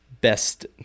best